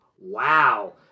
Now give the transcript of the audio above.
Wow